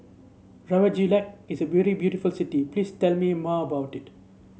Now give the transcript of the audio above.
Reykjavik is a very beautiful city please tell me more about it